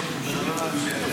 אני רק רוצה לומר,